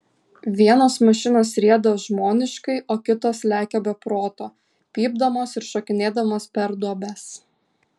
vienos mašinos rieda žmoniškai o kitos lekia be proto pypdamos ir šokinėdamos per duobes